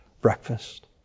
Breakfast